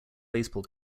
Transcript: baseball